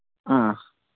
ಹಾಂ